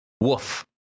woof